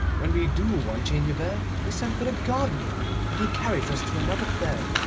when we do want change of air, we send for the gardener, and he carries us to another bed.